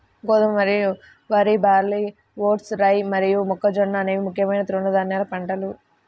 గోధుమ, వరి, barley, oats, rye మరియు మొక్కజొన్న అనేవి ముఖ్యమైన తృణధాన్యాల పంటలు